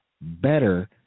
better